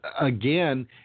again